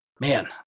man